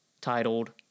titled